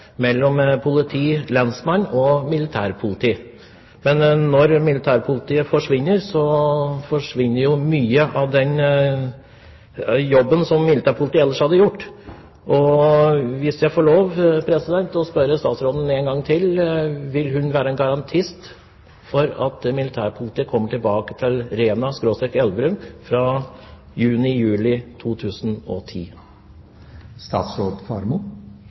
mellom politi, lensmann og militærpoliti. Men når militærpolitiet forsvinner, blir mye av den jobben de har gjort, ikke gjort. Hvis jeg får lov, vil jeg spørre statsråden en gang til om hun vil være en garantist for at militærpolitiet kommer tilbake til